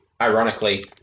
ironically